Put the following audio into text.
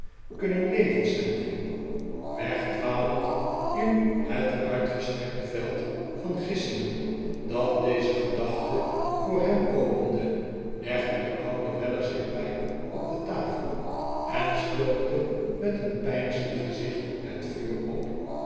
kunnen leven sampje wegdwalend in het uitgestrekte veld van gissingen dat deze gedachte voor hem opende legde de oude weller zijn pijp op de tafel en stookte met een peinzend gezicht het vuur op